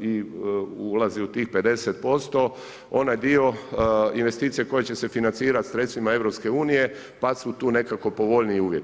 i ulazi u tih 50% onaj dio investicije koji će se financirati sredstvima EU pa su tu nekako povoljniji uvjeti.